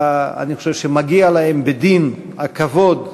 אני חושב שמגיע להם בדין הכבוד,